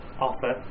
offer